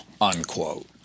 unquote